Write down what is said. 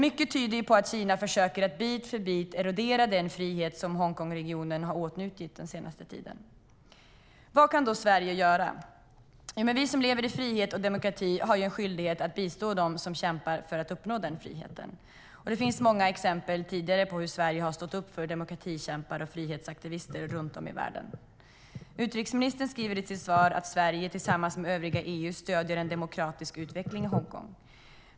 Mycket tyder på att Kina försöker att bit för bit erodera den frihet som regionen Hongkong åtnjutit den senaste tiden. Vad kan då Sverige göra? Vi som lever i frihet och demokrati har en skyldighet att bistå dem som kämpar för att uppnå den friheten. Det finns många exempel på hur Sverige tidigare har stått upp för demokratikämpar och frihetsaktivister runt om i världen. Utrikesministern skriver i sitt svar att Sverige tillsammans med övriga EU stöder en demokratisk utveckling i Hongkong.